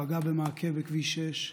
פגע במעקה בכביש 6,